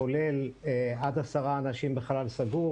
כולל עד עשרה אנשים בחלל סגור,